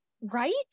right